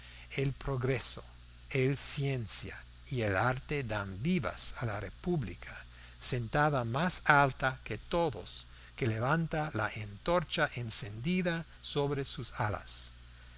el progreso la ciencia y el arte dan vivas a la república sentada más alta que todos que levanta la antorcha encendida sobre sus alas